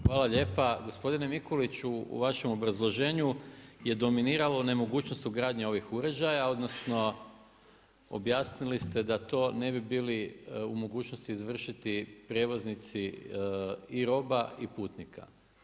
Hvala lijepa gospodine Miholiću, u vašem obrazloženju je dominiralo nemogućnost ugradnje ovih uređaja, odnosno objasnili ste da to ne bili u mogućnosti izvršiti prijevoznici i roba i putnika.